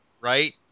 Right